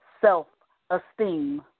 self-esteem